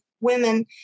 women